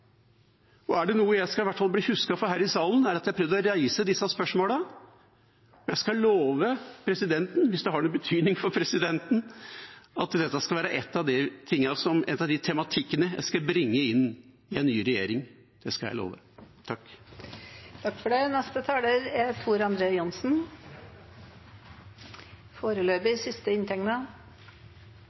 Er det noe jeg i hvert fall skal bli husket for her i salen, er det at jeg har prøvd å reise disse spørsmålene. Jeg skal love presidenten – hvis det har noen betydning for presidenten – at dette skal være en av de tematikkene jeg skal bringe inn i en ny regjering. Det skal jeg love.